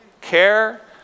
Care